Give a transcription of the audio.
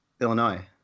Illinois